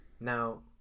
Now